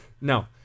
No